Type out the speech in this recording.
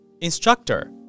Instructor